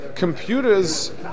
Computers